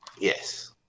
Yes